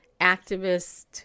activist